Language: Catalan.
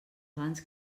abans